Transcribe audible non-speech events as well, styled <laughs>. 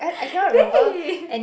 <laughs> babe